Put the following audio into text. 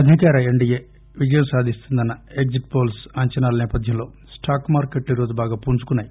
అధికార ఎన్డీఏ విజయం సాధిస్తుందన్స ఎగ్జిట్ పోల్ప్ అంచనాల నేపథ్యంలో స్టాక్ మార్కెట్లు ఈరోజు బాగా పుంజుకున్నాయి